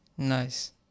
nice